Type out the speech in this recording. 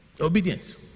Obedience